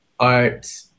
art